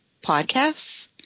podcasts